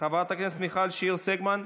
חברת הכנסת מיכל שיר סגמן,